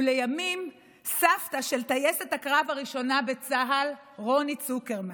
ולימים סבתה של טייסת הקרב הראשונה בצה"ל רוני צוקרמן.